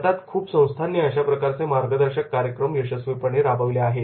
भारतात खूप संस्थांनी अशा प्रकारचे मार्गदर्शक कार्यक्रम यशस्वीपणे राबवले आहेत